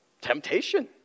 temptation